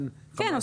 כן.